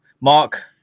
Mark